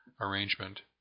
arrangement